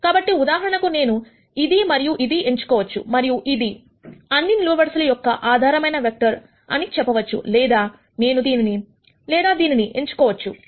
కాబట్టి ఉదాహరణకు నేను ఇది మరియు ఇది ఎంచుకోవచ్చు మరియు ఇది అన్ని నిలువు వరుసల యొక్క ఆధారమైన వెక్టర్ అని చెప్పవచ్చు లేదా నేను దీనిని లేదా దీనిని ఎంచుకొనవచ్చు